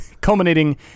Culminating